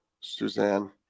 suzanne